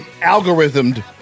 algorithmed